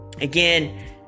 again